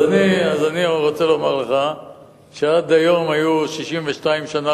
אז אני רוצה לומר לך שעד היום היו 62 שנה